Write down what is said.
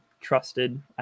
trusted